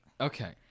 Okay